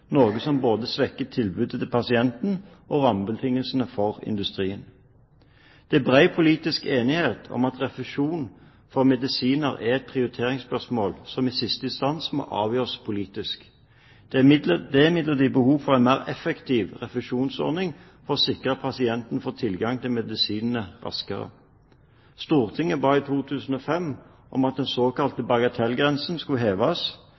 noe som både svekker tilbudet til pasientene og rammebetingelsene for industrien. Det er bred politisk enighet om at refusjon for medisiner er et prioriteringsspørsmål som i siste instans må avgjøres politisk. Det er imidlertid behov for en mer effektiv refusjonsordning for å sikre at pasienter får tilgang til medisinene raskere. Stortinget ba i 2005 om at den såkalte bagatellgrensen skulle heves.